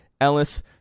Ellis